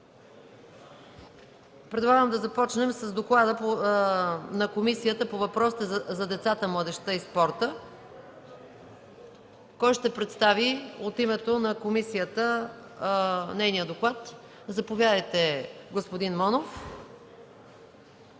Предлагам да започнем с доклада на Комисията по въпросите на децата, младежта и спорта. Кой ще представи доклада от името на комисията? Заповядайте, господин Монов.